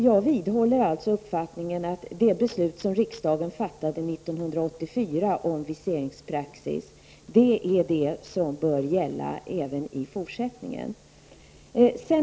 Jag vidhåller alltså uppfattningen att det beslut som riksdagen fattade 1984 om viseringspraxis är det som bör gälla även i fortsättningen.